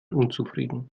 unzufrieden